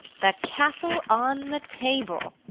the castle on the table!